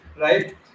right